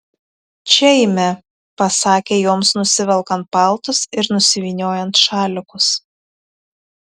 čia eime pasakė joms nusivelkant paltus ir nusivyniojant šalikus